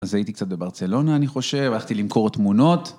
אז הייתי קצת בברצלונה, אני חושב, הלכתי למכור תמונות.